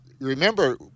Remember